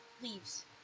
Leaves